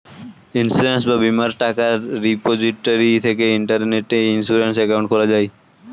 insurance বা বীমার টাকা রিপোজিটরি থেকে ইন্টারনেটে ইন্সুরেন্স অ্যাকাউন্ট খোলা যায়